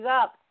up